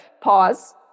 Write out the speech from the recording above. Pause